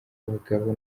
bagabo